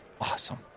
awesome